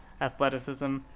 athleticism